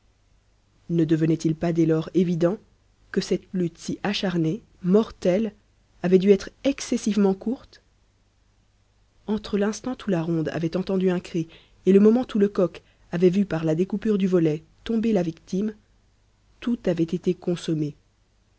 ne devenait-il pas dès-lors évident que cette lutte si acharnée mortelle avait dû être excessivement courte entre l'instant où la ronde avait entendu un cri et le moment où lecoq avait vu par la découpure du volet tomber la victime tout avait été consommé